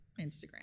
Instagram